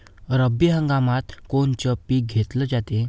रब्बी हंगामात कोनचं पिक घेतलं जाते?